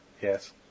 Yes